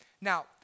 Now